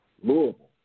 Louisville